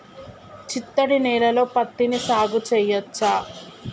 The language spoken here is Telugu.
చిత్తడి నేలలో పత్తిని సాగు చేయచ్చా?